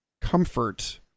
comfort